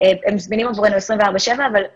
זאת אומרת, לצד ה-6,500 שהועברו לאיכון